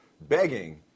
begging